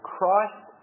Christ